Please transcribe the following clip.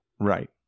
Right